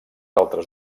altres